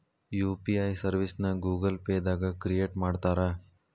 UPI ಸರ್ವಿಸ್ನ Google Pay ದಾಗ create ಮಾಡ್ತಾರಾ